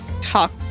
talk